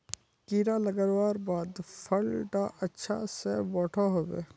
कीड़ा लगवार बाद फल डा अच्छा से बोठो होबे?